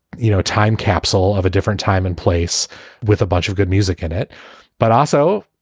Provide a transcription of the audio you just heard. you know, time capsule of a different time and place with a bunch of good music in it but also,